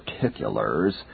particulars